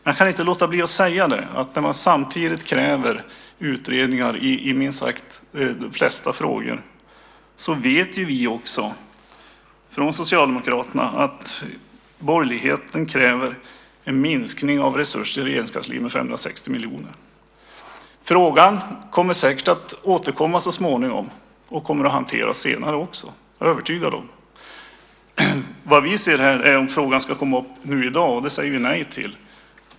Jag kan inte låta bli att säga att samtidigt som man kräver utredningar i snart sagt de flesta frågor kräver borgerligheten en minskning av resurserna i Regeringskansliet med 560 miljoner. Frågan återkommer säkert så småningom och kommer att hanteras senare. Nu tar vi ställning till om den ska tas upp i dag, och det säger vi nej till.